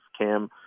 Cam